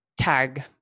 tag